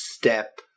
step